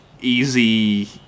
easy